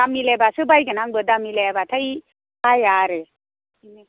दाम मिलायब्लासो बायगोन आंबो दाम मिलायाब्लाथाय बाया आरो